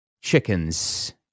chickens